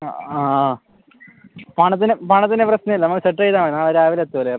പണത്തിന് പണത്തിന് പ്രശ്നം ഇല്ല സെറ്റ് ചെയ്താൽ മതി നാളെ രാവിലെ എത്തിയേര് അപ്പോൾ